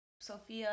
Sophia